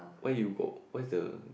where you go where's the